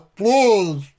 please